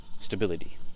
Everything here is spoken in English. stability